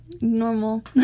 normal